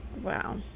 wow